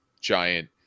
Giant